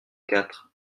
quatre